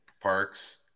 Parks